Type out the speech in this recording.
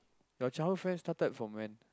your childhood friends started from when